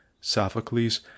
Sophocles